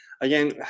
again